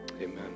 Amen